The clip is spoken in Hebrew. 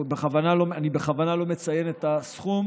אני בכוונה לא מציין את הסכום,